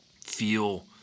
feel